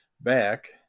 back